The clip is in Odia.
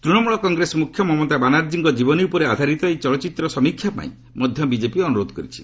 ତୃଶମୂଳ କଂଗ୍ରେସ ମୁଖ୍ୟ ମମତା ବାନାର୍ଜୀଙ୍କ ଜୀବନୀ ଉପରେ ଆଧାରିତ ଏହି ଚଳଚ୍ଚିତ୍ରର ସମୀକ୍ଷା ପାଇଁ ମଧ୍ୟ ବିଜେପି ଅନୁରୋଧ କରିଛି